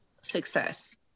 success